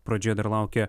pradžioje dar laukia